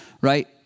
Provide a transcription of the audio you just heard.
Right